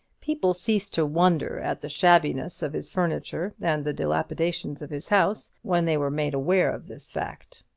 people ceased to wonder at the shabbiness of his furniture and the dilapidation of his house, when they were made aware of this fact.